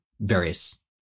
various